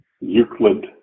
Euclid